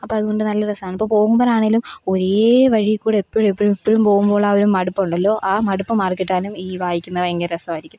അപ്പം അതുകൊണ്ട് നല്ല രസമണ് ഇപ്പം പോകുമ്പോഴാണെങ്കിലും ഒരേ വഴിയിൽ കൂടെ എപ്പോഴും എപ്പോഴും എപ്പോഴും പോകുമ്പോഴുള്ള ആ ഒരു മടുപ്പുണ്ടല്ലോ ആ മടുപ്പ് മാറി കിട്ടാനും ഈ വായിക്കുന്ന ഭയങ്കര രസമായിരിക്കും